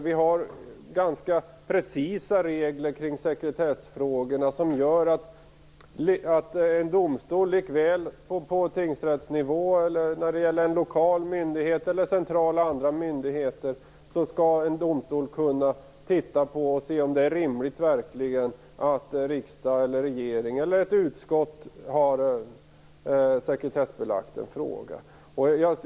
Vi har precisa regler kring sekretessfrågorna som gör att en domstol likväl på tingsrättsnivå eller när det gäller lokala myndigheter eller centrala andra myndigheter skall kunna se om det verkligen är rimligt att riksdag, regering eller ett utskott har sekretessbelagt en fråga.